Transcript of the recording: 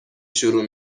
شروع